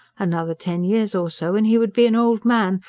another ten years or so and he would be an old man,